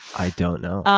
i don't know.